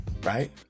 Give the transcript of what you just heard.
right